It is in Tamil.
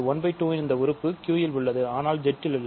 1 2 இன் இந்த உறுப்பு Q இல் உள்ளது ஆனால் Z இல் இல்லை